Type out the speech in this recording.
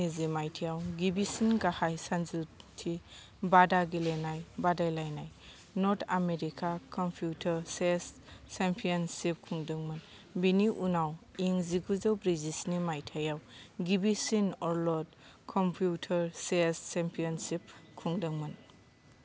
इं जिगुजौ स्निजि माइथायाव गिबिसिन गाहाय सानजुखथि बादा गेलेनाय बादायलायनाय North America computer chess championship खुंदोंमोन बेनि उनाव इं जिगुजौ स्निजिब्रै माइथायाव गिबिसन अलड कम्पिउटार चेस चेम्पियनशिप खुंदोंमोन